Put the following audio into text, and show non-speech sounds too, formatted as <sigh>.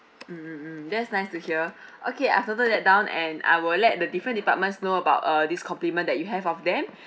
mm mm mm that's nice to hear <breath> okay I've noted that down and I will let the different departments know about uh this compliment that you have of them